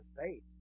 faith